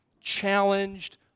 Challenged